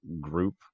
group